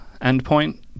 endpoint